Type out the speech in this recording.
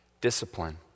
discipline